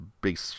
big